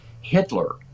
Hitler